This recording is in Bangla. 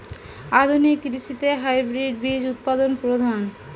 আধুনিক কৃষিতে হাইব্রিড বীজ উৎপাদন প্রধান